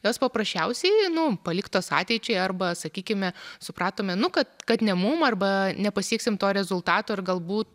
jos paprasčiausiai nu paliktos ateičiai arba sakykime supratome nu kad kad ne mum arba nepasieksim to rezultato ir galbūt